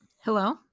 Hello